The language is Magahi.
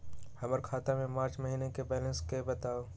हमर खाता के मार्च महीने के बैलेंस के बताऊ?